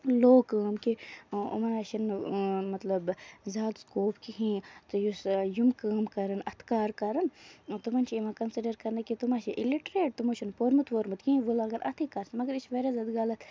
لو کٲم کہِ یِمَن حظ چھُنہٕ مطلب زیادٕ سٔکوپ کِہینۍ تہٕ یُس یِم کٲم کرن اَتھٕ کار کرن تِمن چھُ یِوان کَنسِڈر کرنہٕ کہِ تِم حظ چھِ اِلِٹریٹ تِمو چھِ پوٚرمُت ووٚرمُت کِہینۍ وۄنۍ لگَن اَتھے کس مَگر یہِ چھُ واریاہ زیادٕ غلط